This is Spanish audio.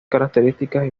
características